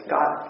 God